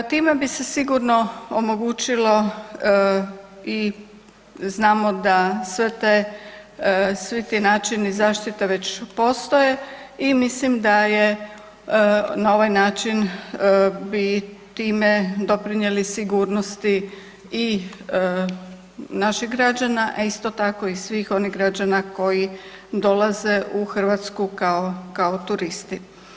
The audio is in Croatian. Time bi se sigurno omogućilo i znamo da sve te, svi ti načini zaštite već postoje i mislim da je na ovaj način bi time doprinjeli sigurnosti i naših građana, a isto tako i svih onih građana koji dolaze u Hrvatsku kao, kao turisti.